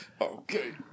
Okay